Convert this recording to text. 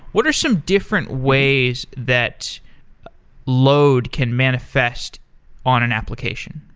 what are some different ways that load can manifest on an application?